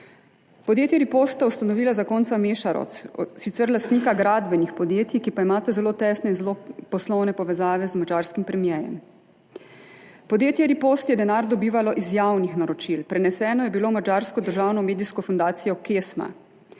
Podjetje Ripost sta ustanovila zakonca Meszaros, sicer lastnika gradbenih podjetij, ki pa imata zelo tesne in zelo poslovne povezave z madžarskim premierjem. Podjetje Ripost je denar dobivalo iz javnih naročil, preneseno je bilo v madžarsko državno medijsko fundacijo KESMA.